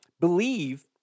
believe